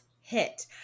hit